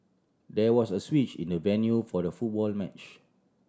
there was a switch in the venue for the football match